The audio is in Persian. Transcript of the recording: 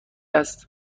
است